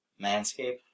Manscape